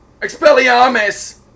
Expelliarmus